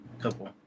couple